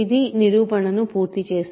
ఇది నిరూపణను పూర్తి చేస్తుంది